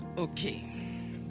okay